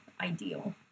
ideal